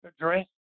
address